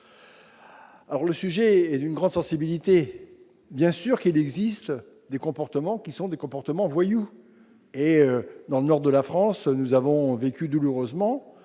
Alors, le sujet est d'une grande sensibilité bien sûr qu'il existe des comportements qui sont des comportements voyous et dans le nord de la France, nous avons vécu douloureusement